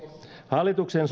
hallituksen